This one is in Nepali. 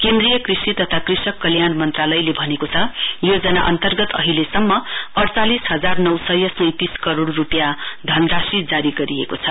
केन्द्रीय कृषि तथा कृषक कल्याण मन्त्रालयले भनेको छ योजना अन्तर्गत अहिलेसम्म अइचालिस हजार नौ सय सैंतिस करोड़ रूपियाँ धनराशि जारी गरिएको छ